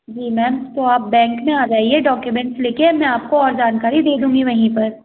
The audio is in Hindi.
जी मैम तो आप बैंक में आ जाइए डौक्यूमेंट्स ले कर मैं आपको और जानकारी दे दूँगी वहीं पर